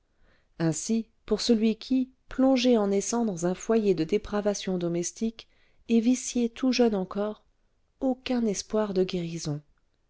ainsi pour celui qui plongé en naissant dans un foyer de dépravation domestique est vicié tout jeune encore aucun espoir de guérison